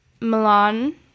Milan